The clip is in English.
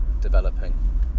developing